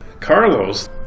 Carlos